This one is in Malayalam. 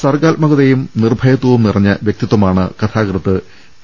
സർഗ്ഗാത്മകതയും നിർഭയത്വും നിറഞ്ഞ വൃക്തിത്വ മാണ് കഥാകൃത്ത് ടി